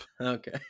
Okay